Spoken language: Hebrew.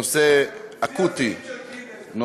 נושא אקוטי.